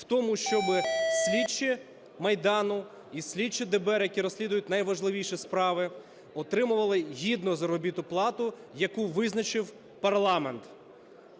в тому, щоби слідчі Майдану і слідчі ДБР, які розслідують найважливіші справи, отримували гідну заробітну плату, яку визначив парламент.